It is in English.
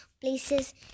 places